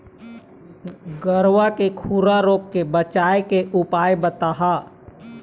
गरवा के खुरा रोग के बचाए के उपाय बताहा?